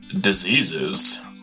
Diseases